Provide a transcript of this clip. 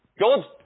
God